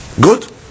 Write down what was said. Good